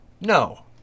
No